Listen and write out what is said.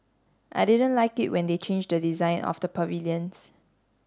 I didn't like it when they changed the design of the pavilions